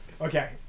Okay